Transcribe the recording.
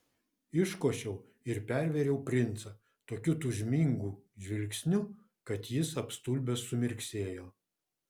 iškošiau ir pervėriau princą tokiu tūžmingu žvilgsniu kad jis apstulbęs sumirksėjo